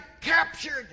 captured